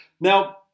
Now